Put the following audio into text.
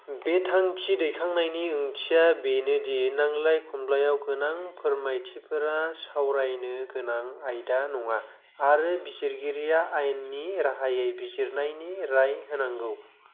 बे थांखि दैखांनायनि ओंथिया बेनो दि नांलाय खमलायाव गोनां फोरमायथिफोरा सावरायनो गोनां आयदा नङा आरो बिजिरगिरिया आयेननि राहायै बिजिरनायनि राय होनांगौ